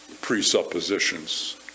presuppositions